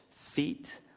feet